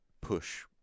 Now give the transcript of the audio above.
push